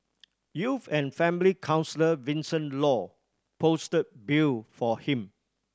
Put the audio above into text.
youth and family counsellor Vincent Law posted bail for him